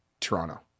Toronto